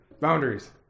Boundaries